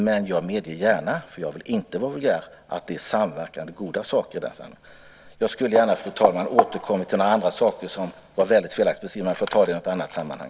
Men jag medger gärna, för jag vill inte vara vulgär, att det är samverkande, goda saker. Fru talman! Jag hade gärna velat återkomma till några andra saker som var väldigt felaktigt beskrivna, men jag får ta det i något annat sammanhang.